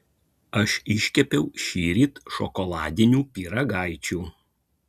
aš iškepiau šįryt šokoladinių pyragaičių